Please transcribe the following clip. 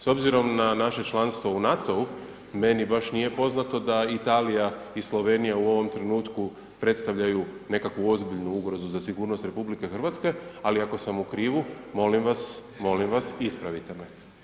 S obzirom na naše članstvo u NATO-u, meni baš nije poznato da Italija i Slovenija u ovom trenutku predstavljaju nekakvu ozbiljnu ugrozu za sigurnost RH, ali ako sam u krivu, molim vas, molim vas, ispravite me.